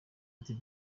ati